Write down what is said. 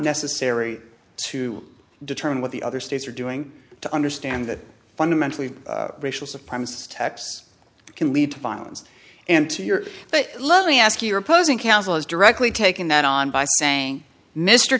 necessary to determine what the other states are doing to understand that fundamentally racial supreme steps can lead to violence and to your but let me ask you your opposing counsel has directly taken that on by saying mr